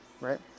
right